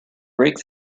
break